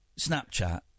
Snapchat